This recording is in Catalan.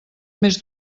més